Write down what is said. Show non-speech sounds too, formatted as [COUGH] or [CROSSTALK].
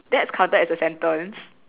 [LAUGHS] that's counted as a sentence